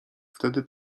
wtedy